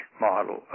model